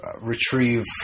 retrieve